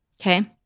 okay